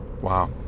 Wow